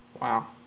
Wow